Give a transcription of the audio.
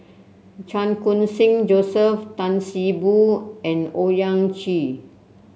Chan Khun Sing Joseph Tan See Boo and Owyang Chi